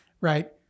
right